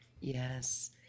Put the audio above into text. Yes